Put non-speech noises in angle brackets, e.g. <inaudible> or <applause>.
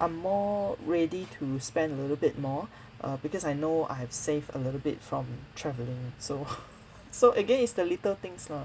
I'm more ready to spend a little bit more uh because I know I have saved a little bit from traveling so <laughs> so again it's the little things lah